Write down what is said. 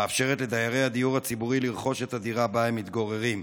המאפשרת לדיירי הדיור הציבורי לרכוש את הדירה שבה הם מתגוררים.